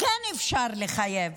כן אפשר לחייב